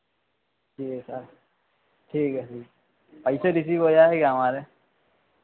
ठीक है सर ठीक है ठीक पैसे रिसीव हो जाएंगे न हमारे